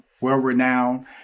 well-renowned